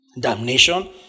Damnation